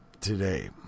today